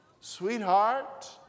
sweetheart